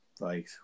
right